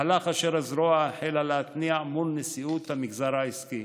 מהלך אשר הזרוע החלה להתניע מול נשיאות המגזר העסקי.